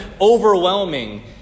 overwhelming